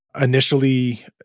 initially